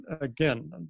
again